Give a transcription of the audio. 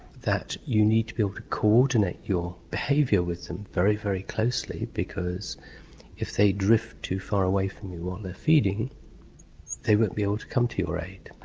that you need to be able to coordinate your behaviour with them very, very closely because if they drift too far away from you while they're feeding they won't be able to come to your aid.